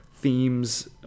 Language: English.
Themes